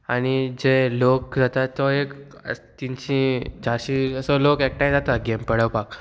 आनी जे लोक जाता तो एक तिनशी जशी असो लोक एकठांय जाता गेम पळोवपाक